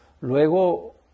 luego